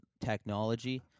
technology